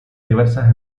diversas